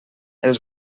els